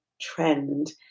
trend